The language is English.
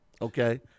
okay